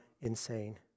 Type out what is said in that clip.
insane